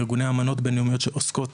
ארגוני אמנות בינלאומיות שעוסקות